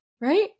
right